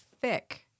thick